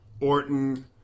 Orton